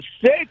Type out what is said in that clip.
six